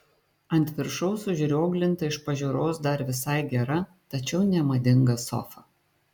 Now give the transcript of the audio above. ant viršaus užrioglinta iš pažiūros dar visai gera tačiau nemadinga sofa